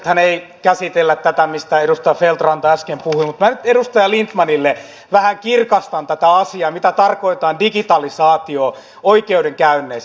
nythän ei käsitellä tätä mistä edustaja feldt ranta äsken puhui mutta minä nyt edustaja lindtmanille vähän kirkastan tätä asiaa sitä mitä tarkoittaa digitalisaatio oikeudenkäynneissä